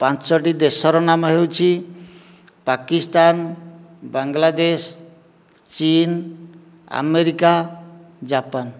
ପାଞ୍ଚଟି ଦେଶର ନାମ ହେଉଛି ପାକିସ୍ତାନ ବାଂଲାଦେଶ ଚୀନ୍ ଆମେରିକା ଜାପାନ